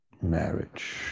marriage